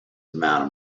amount